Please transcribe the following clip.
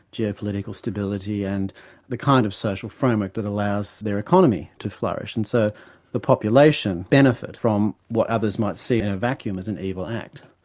geopolitical stability and the kind of social framework that allows their economy to flourish, and so the population benefit from what others might see in a vacuum as an evil act.